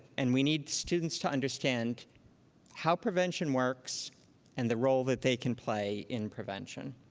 and we need students to understand how prevention works and the role that they can play in prevention.